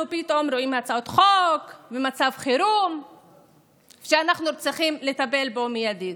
אנחנו פתאום רואים הצעות חוק ומצב חירום שאנחנו צריכים לטפל בו מיידית.